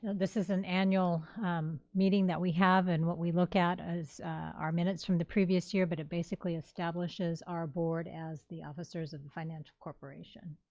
this is an annual meeting that we have and what we look at is our minutes from the previous year, but it basically establishes our board as the officers of the financial corporation.